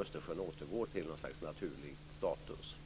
Östersjön återgår till något slags naturlig status.